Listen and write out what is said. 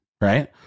right